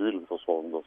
dvyliktos valandos